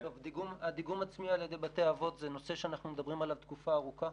הדיגום העצמי על ידי בתי האבות זה נושא שאנחנו מדברים עליו תקופה ארוכה.